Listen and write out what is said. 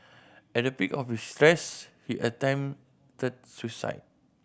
at the peak of his stress he attempted suicide